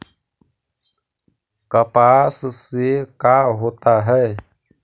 कपास से का होता है?